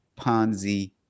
Ponzi